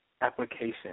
application